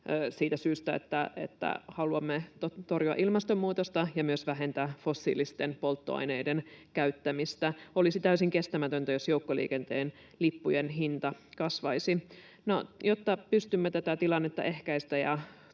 siitä syystä, että haluamme torjua ilmastonmuutosta ja myös vähentää fossiilisten polttoaineiden käyttämistä, olisi täysin kestämätöntä, jos joukkoliikenteen lippujen hinta kasvaisi. No, jotta pystymme tätä tilannetta ehkäisemään